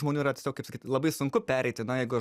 žmonių yra tiesiog kaip sakyt labai sunku pereiti na jeigu aš